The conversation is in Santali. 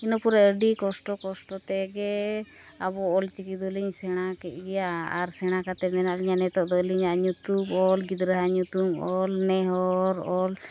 ᱤᱱᱟᱹ ᱯᱚᱨᱮ ᱟᱹᱰᱤ ᱠᱚᱥᱴᱚ ᱠᱚᱥᱴᱚ ᱛᱮᱜᱮ ᱟᱵᱚ ᱚᱞ ᱪᱤᱠᱤ ᱫᱚᱞᱤᱧ ᱥᱮᱬᱟ ᱠᱮᱫ ᱜᱮᱭᱟ ᱟᱨ ᱥᱮᱬᱟ ᱠᱟᱛᱮᱫ ᱢᱮᱱᱟᱜ ᱞᱤᱧᱟ ᱱᱤᱛᱚᱜ ᱫᱚ ᱟᱹᱞᱤᱧᱟᱜ ᱧᱩᱛᱩᱢ ᱚᱞ ᱜᱤᱫᱽᱨᱟᱹᱣᱟᱜ ᱧᱩᱛᱩᱢ ᱚᱞ ᱱᱮᱦᱚᱨ ᱚᱞ